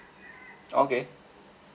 okay